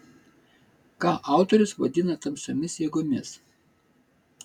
ką autorius vadina tamsiomis jėgomis